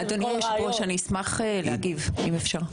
אדוני יושב הראש, אני אשמח להגיב, אם אפשר.